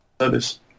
service